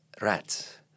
rats